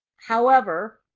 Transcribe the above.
however,